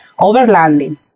overlanding